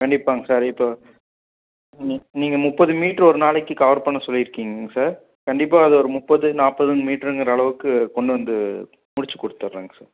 கண்டிப்பாங்க சார் இப்போ நீ நீங்கள் முப்பது மீட்ரு ஒரு நாளைக்கு கவர் பண்ண சொல்லிருக்கீங்க சார் கண்டிப்பாக அது ஒரு முப்பது நாற்பது மீட்டருங்கிற அளவுக்கு கொண்டு வந்து முடிச்சு கொடுத்துட்றேங் சார்